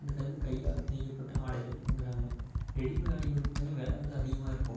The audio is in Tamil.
அதுக்கு வந்து கையால் நெய்யப்பட்ட ஆடைகள்ங்கறாங்க ரெடிமேட் ஆடைகள் வந்து பார்த்திங்கனா வெலை வந்து அதிகமாகருக்கும்